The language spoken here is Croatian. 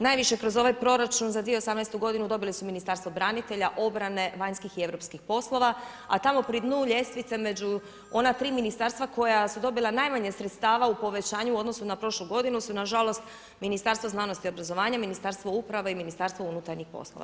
Najviše kroz ovaj proračun za 2018. godinu dobili su Ministarstvo branitelja, obrane, vanjskih i europskih poslova, a tamo pri dnu ljestvice među ona tri ministarstva koja su dobila najmanje sredstava u povećanju u odnosu na prošlu godinu su na žalost Ministarstvo znanosti i obrazovanja, Ministarstvo uprave i Ministarstvo unutarnjih poslova.